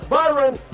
Byron